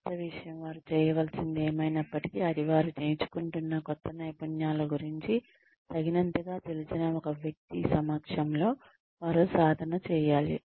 క్రొత్త విషయం వారు చేయవలసింది ఏమైనప్పటికీ వారు నేర్చుకుంటున్న కొత్త నైపుణ్యాల గురించి బాగా తెలిసిన ఒక వ్యక్తి సమక్షంలో వారు ప్రాక్టీస్ చేయాలి